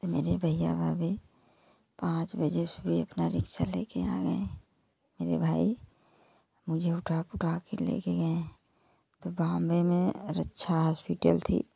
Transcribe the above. मेरे भईया भाभी पाँच बजे सुबह अपना रिक्शा लेके आ गए मेरे भाई मुझे उठा उठा के लेके गएँ तो बॉम्बे में रक्षा हॉस्पिटल थी